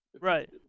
right